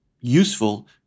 useful